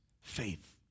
faith